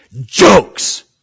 Jokes